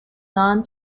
non